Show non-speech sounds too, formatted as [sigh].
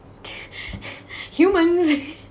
[laughs] humans